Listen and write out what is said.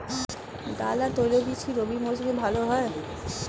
ডাল আর তৈলবীজ কি রবি মরশুমে ভালো হয়?